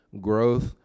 Growth